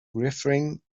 referring